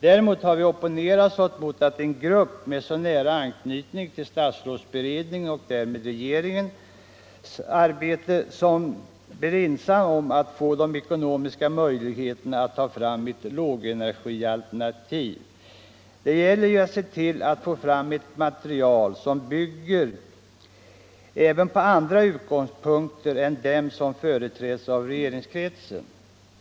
Däremot har vi opponerat oss mot att en grupp med så nära anknytning till statsrådsberedningen och därmed regeringens arbete blir ensam om att få ekonomiska möjligheter att ta fram ett lågenergialternativ. Det gäller ju att se till att få fram ett material som bygger på även andra utgångspunkter än dem som företräds i regeringskretsen.